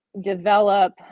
develop